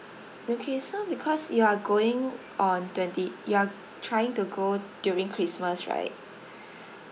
okay so because you are going on twenty you are trying to go during christmas right